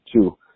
Two